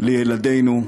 לילדינו.